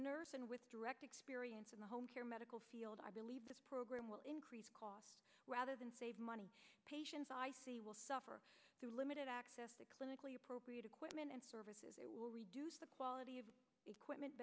nurse and with direct experience in the home care medical field i believe this program will increase costs rather than save money patients will suffer through limited access to clinically appropriate equipment and services they will reduce the quality of equipment